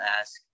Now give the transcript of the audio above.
ask